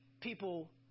people